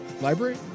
library